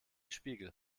spiegel